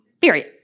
Period